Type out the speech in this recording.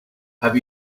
have